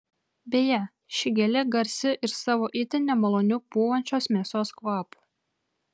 beje ši gėlė garsi ir savo itin nemaloniu pūvančios mėsos kvapu